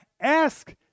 Ask